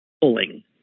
pulling